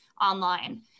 online